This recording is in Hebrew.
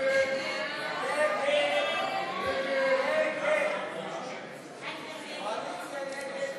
ההסתייגות